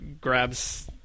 grabs